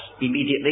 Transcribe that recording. immediately